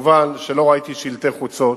מובן שלא ראיתי שלטי חוצות,